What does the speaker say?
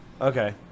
Okay